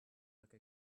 like